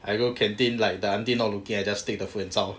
I go canteen like the aunty not looking I just take the food and zao